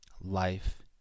Life